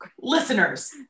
listeners